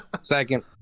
Second